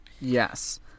Yes